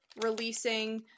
releasing